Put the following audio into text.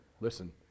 listen